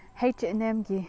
ꯍꯩꯁ ꯑꯦꯟ ꯑꯦꯝꯒꯤ